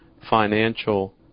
financial